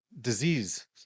disease